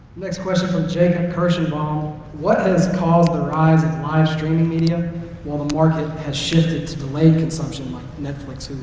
next question from jacob um what has caused the rise in live streaming media while the market has shifted to delayed consumption like netflix, hulu?